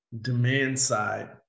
demand-side